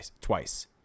twice